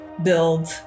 build